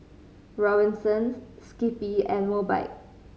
Robinsons Skippy and Mobike